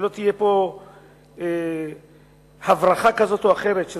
שלא תהיה פה הברחה כזאת או אחרת של